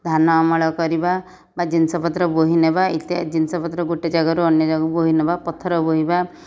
ଧାନ ଅମଳ କରିବା ବା ଜିନିଷପତ୍ର ବୋହି ନେବା ଇତ୍ୟାଦି ଜିନିଷପତ୍ର ଗୋଟିଏ ଜାଗାରୁ ଅନ୍ୟ ଜାଗାକୁ ବୋହି ନେବା ପଥର ବୋହିବା